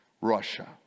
Russia